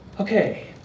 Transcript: Okay